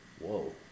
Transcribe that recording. Whoa